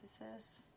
emphasis